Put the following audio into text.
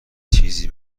چیزی